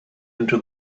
into